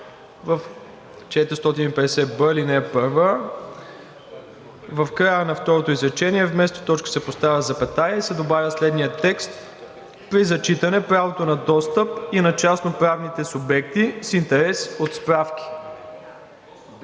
чл. 450б, ал. 1 в края на второ изречение вместо точка се поставя запетая и се добавя следният текст: „При зачитане правото на достъп до нея и на частноправните субекти с интерес от справки“.“